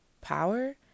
power